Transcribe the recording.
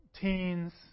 teens